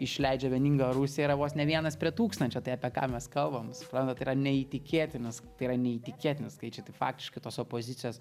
išleidžia vieninga rusija yra vos ne vienas prie tūkstančio tai apie ką mes kalbam suprantat tai yra neįtikėtinas tai yra neįtikėtini skaičiai tai faktiškai tos opozicijos